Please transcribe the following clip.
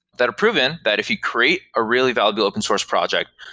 that are proven that if you create a really valuable open source project,